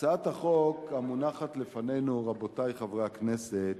הצעת החוק המונחת לפנינו, רבותי חברי הכנסת,